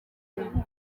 umurimo